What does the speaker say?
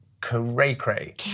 cray-cray